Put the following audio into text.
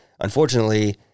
Unfortunately